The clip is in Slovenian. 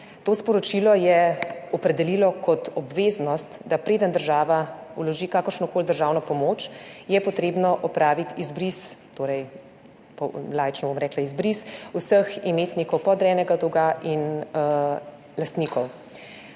To sporočilo je opredelilo kot obveznost, da preden država vloži kakršnokoli državno pomoč, je treba opraviti izbris, torej laično bom rekla izbris, vseh imetnikov podrejenega dolga in lastnikov.